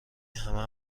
همه